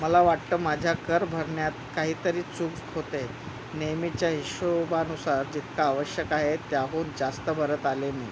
मला वाटतं माझ्या कर भरण्यात काहीतरी चूक स् होते आहे नेहमीच्या हिशो बानुसार जितका आवश्यक आहे त्याहून जास्त भरत आले आहे मी